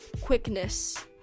quickness